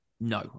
no